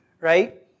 right